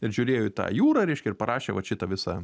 ir žiūrėjo į tą jūrą reiškia ir parašė vat šitą visą